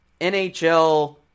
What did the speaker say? NHL